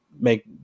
make